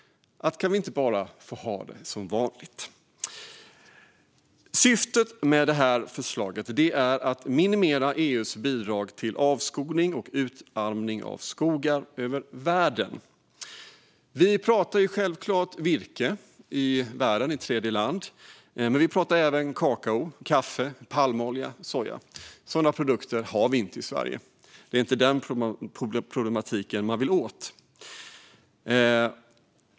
Kan vi inte bara få ha det som vanligt? Syftet med förslaget är att minimera EU:s bidrag till avskogning och utarmning av skogar över världen. Vi pratar självklart om virke i världen, i tredjeland, men vi pratar även om kakao, kaffe, palmolja och soja. Sådana produkter har vi inte i Sverige. Det är inte den problematiken man vill åt.